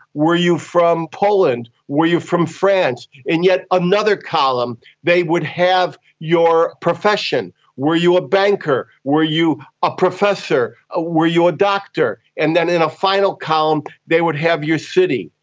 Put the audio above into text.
were you from poland, were you from france? in yet another column they would have your profession were you a banker, were you a professor, were you a doctor? and then in a final column they would have your city,